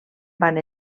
van